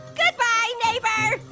goodbye, neighbor.